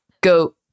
go